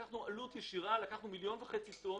לקחנו מיליון וחצי טון,